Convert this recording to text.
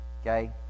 Okay